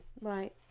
Right